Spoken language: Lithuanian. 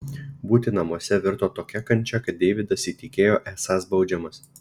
būti namuose virto tokia kančia kad deividas įtikėjo esąs baudžiamas